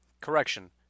Correction